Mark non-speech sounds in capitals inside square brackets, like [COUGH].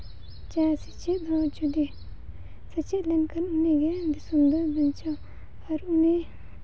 [UNINTELLIGIBLE] ᱥᱮᱪᱮᱫ ᱦᱚᱸ ᱡᱩᱫᱤ ᱥᱮᱪᱮᱫ ᱞᱮᱱᱠᱷᱟᱱ ᱩᱱᱤᱜᱮ ᱫᱤᱥᱚᱢ ᱫᱚᱭ ᱵᱟᱧᱪᱟᱣᱟ ᱟᱨ ᱩᱱᱤ